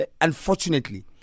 unfortunately